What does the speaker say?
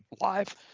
live